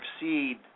exceed